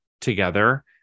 together